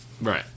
Right